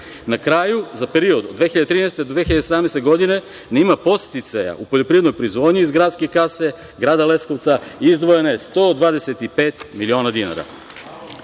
kraju, za period od 2013. do 2017. godine, nema podsticaja u poljoprivrednoj proizvodnji. Iz gradske kase grada Leskovca izdvojeno je 125 miliona